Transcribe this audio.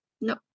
No